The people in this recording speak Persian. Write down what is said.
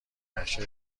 عرشه